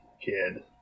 kid